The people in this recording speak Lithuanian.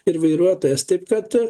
ir vairuotojas taip kad